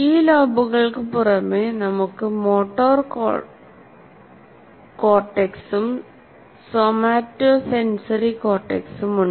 ഈ ലോബുകൾക്ക് പുറമേ നമുക്ക് മോട്ടോർ കോർട്ടെക്സും സോമാറ്റോസെൻസറി കോർട്ടെക്സും ഉണ്ട്